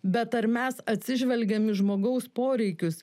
bet ar mes atsižvelgėm į žmogaus poreikius